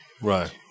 Right